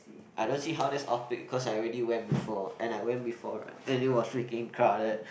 I don't see how that's off peak cause I already went before and I went before right and it was freaking crowded